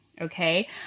Okay